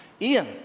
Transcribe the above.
Ian